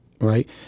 right